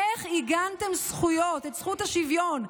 איך עיגנתם זכויות, את זכות השוויון?